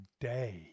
day